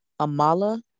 Amala